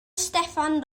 steffan